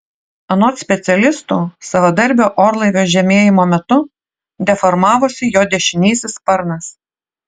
anot specialistų savadarbio orlaivio žemėjimo metu deformavosi jo dešinysis sparnas